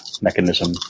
mechanism